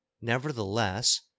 Nevertheless